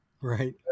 Right